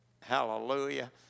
Hallelujah